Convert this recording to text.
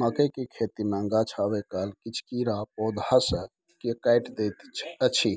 मकई के खेती मे गाछ आबै काल किछ कीरा पौधा स के काइट दैत अछि